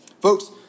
folks